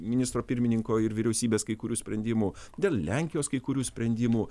ministro pirmininko ir vyriausybės kai kurių sprendimų dėl lenkijos kai kurių sprendimų